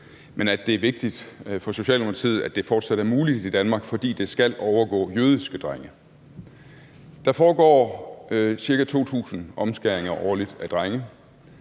at det er vigtigt for Socialdemokratiet, at det fortsat er muligt i Danmark, fordi det skal overgå jødiske drenge. Der foregår ca. 2.000 omskæringer af drenge